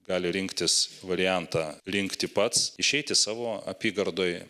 gali rinktis variantą rinkti pats išeiti savo apygardoj